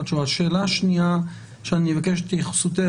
שאלה שנייה שאבקש את התייחסותך,